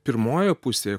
pirmojoje pusėje